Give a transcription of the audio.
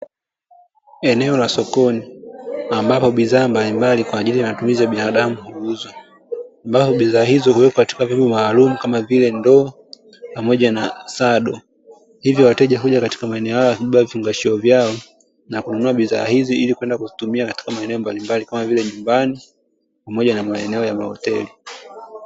Eneo la sokoni, ambapo bidhaa mbalimbali kwa ajili ya matumizi ya binadamu huuzwa, ambapo bidhaa hizo huwekwa katika vyombo maalumu kama vile ndoo pamoja na sado; hivyo wateja hujaa katika maeneo hayo kubeba vifungashio vyao, na kununua bidhaa hizi ili kwenda kuzitumia katika maeneo mbalimbali, kama vile nyumbani pamoja na maeneo ya mahoteli.